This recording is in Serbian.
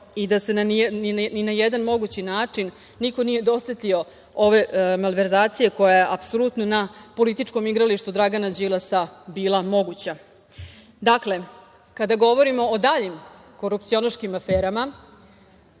i da se ni na jedan mogući način niko nije dosetio ove malverzacije koja je apsolutno na političkom igralištu Dragana Đilasa bila moguća. Dakle, kada govorimo o daljim korupcionaškim aferama,